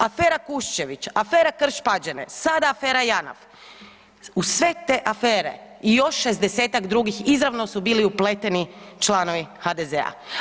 Afera KUšćević, afera Krš-Pađene, sada afera Janaf uz sve te afere i još 60-ak drugih izravno su bili upleteni članovi HDZ-a.